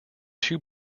two